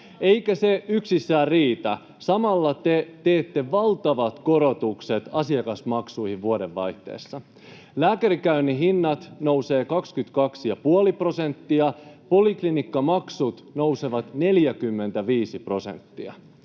Eikä se yksissään riitä: samalla te teette valtavat korotukset asiakasmaksuihin vuodenvaihteessa. Lääkärikäynnin hinnat nousevat 22 ja puoli prosenttia, poliklinikkamaksut nousevat 45 prosenttia.